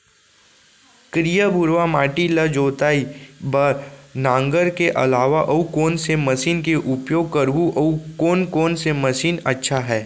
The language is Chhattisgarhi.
करिया, भुरवा माटी म जोताई बार नांगर के अलावा अऊ कोन से मशीन के उपयोग करहुं अऊ कोन कोन से मशीन अच्छा है?